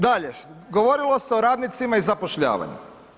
Dalje, govorilo se o radnicima i zapošljavanju.